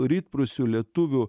rytprūsių lietuvių